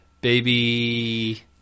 Baby